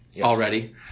already